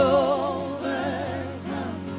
overcome